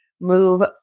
move